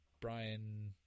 Brian